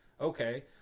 Okay